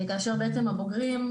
כאשר בעצם הבוגרים,